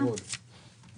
בסופו של דבר אין הסבר כרגע,